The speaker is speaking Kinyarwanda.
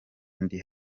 ndi